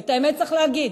את האמת צריך להגיד,